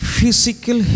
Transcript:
Physical